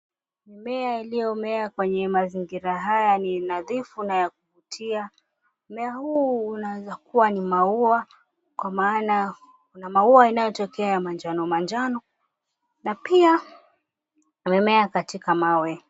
Mimea iliyomea kwenye mazingira haya ni nadhifu na ya kuvutia. Mmea huu unaweza kuwa ni maua kwa maana una maua yanayotokea ya manjano manjano na pia imemea katika mawe.